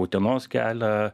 utenos kelią